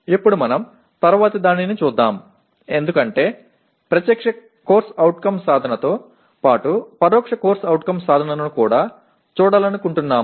ఇప్పుడు మనం తరువాతిదాన్ని చూద్దాం ఎందుకంటే ప్రత్యక్ష CO సాధనతో పాటు పరోక్ష CO సాధనను కూడా చూడాలనుకుంటున్నాము